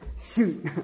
Shoot